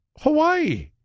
Hawaii